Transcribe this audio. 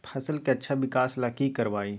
फसल के अच्छा विकास ला की करवाई?